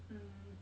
mm